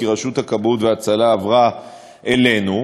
כי רשות הכבאות וההצלה עברה אלינו.